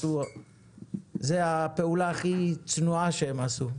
זאת הפעולה הכי צנועה שהם עשו.